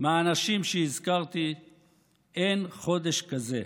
מהאנשים שהזכרתי אין חודש כזה.